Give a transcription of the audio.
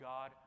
God